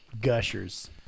Gushers